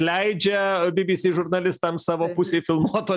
leidžia bbc žurnalistams savo pusėj filmuoti o